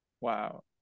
Wow